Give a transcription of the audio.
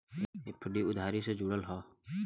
FD उधारी से जुड़ल हौ